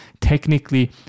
technically